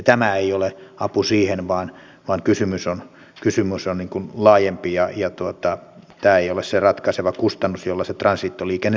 tämä ei ole apu siihen vaan kysymys on laajempi ja tämä ei ole se ratkaiseva kustannus jolla se transitoliikenne saataisiin takaisin